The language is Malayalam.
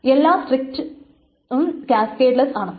എല്ലാ സ്ട്രിക്റ്റും ക്യാസ്കേഡ്ലസ്സ് ആണ്